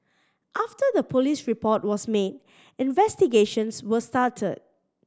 after the police report was made investigations were started